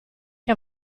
che